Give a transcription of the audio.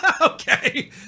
Okay